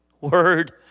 word